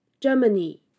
Germany